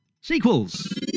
sequels